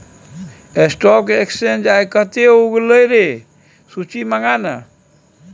stock exchange आय कते उगलै रै सूची मंगा ने